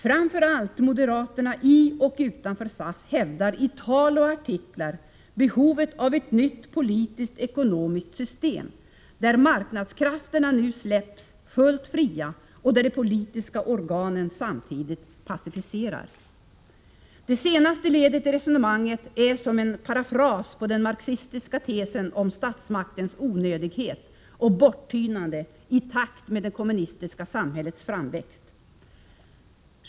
Framför allt moderaterna i och utanför SAF hävdar, i tal och artiklar, behovet av ett nytt politiskt-ekonomiskt system, där marknadskrafterna släpps helt fria och där de politiska organen samtidigt passiviseras. Det senare ledet i resonemanget är som en parafras på den marxistiska tesen om statsmaktens onödighet och borttynande i takt med det kommunistiska samhällets framväxt.